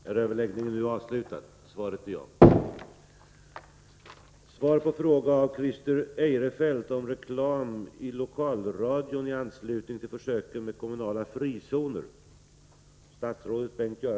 Personal på lokalradion i Halland har föreslagit att man som ett led i försöken med kommunala frizoner, där bl.a. Varberg ingår, skall få sända reklam. Är statsrådet beredd att verka för justeringar i radioavtalet för att möjliggöra reklamsändningar i lokalradion i anslutning till försöken med kommunala frizoner?